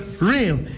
real